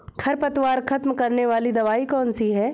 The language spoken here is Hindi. खरपतवार खत्म करने वाली दवाई कौन सी है?